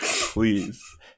please